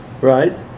Right